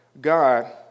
God